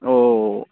ओ